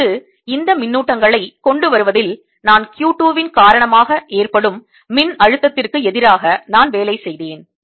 அடுத்து இந்த மின்னூட்டங்களை கொண்டு வருவதில் நான் Q 2 வின் காரணமாக ஏற்படும் மின் அழுத்தத்திற்கு எதிராக நான் வேலை செய்தேன்